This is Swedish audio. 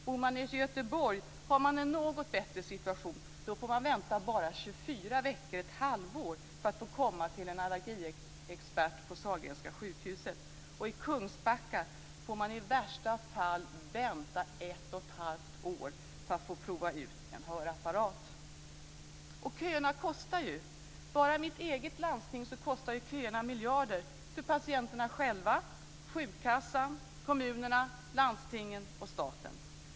Bor man i Göteborg har man en något bättre situation, då man får vänta i 24 veckor, i ett halvår, för att få komma till en allergiexpert på Sahlgrenska sjukhuset. Och i Kungsbacka får man i värsta fall vänta ett och ett halvt år för att få prova ut en hörapparat. Och köerna kostar. Bara i mitt eget landsting kostar köerna miljarder, för patienterna själva, sjukkassan, kommunerna, landstingen och staten.